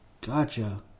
Gotcha